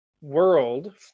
world